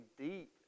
deep